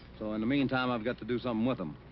so, in the meantime, i've got to do something with them.